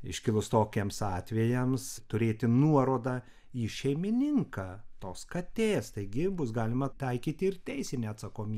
iškilus tokiems atvejams turėti nuorodą į šeimininką tos katės taigi bus galima taikyti ir teisinę atsakomybę